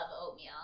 oatmeal